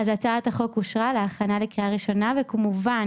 הצעת החוק אושרה להכנה לקריאה ראשונה, וכמובן